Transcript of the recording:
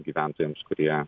gyventojams kurie